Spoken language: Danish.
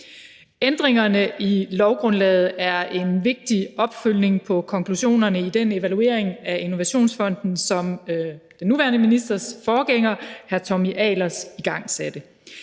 Ændringerne i lovgrundlaget er en vigtig opfølgning på konklusionerne i den evaluering af Innovationsfonden, som den nuværende ministers forgænger, hr. Tommy Ahlers, igangsatte.